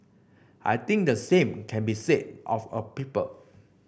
I think the same can be said of a people